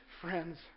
friends